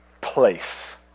place